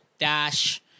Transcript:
Dash